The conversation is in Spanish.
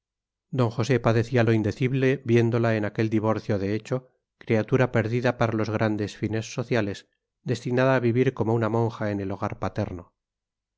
d josé padecía lo indecible viéndola en aquel divorcio de hecho criatura perdida para los grandes fines sociales destinada a vivir como una monja en el hogar paterno